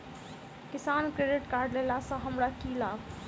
किसान credit card लेला सऽ हमरा की लाभ?